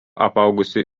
apaugusi